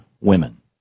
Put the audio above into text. women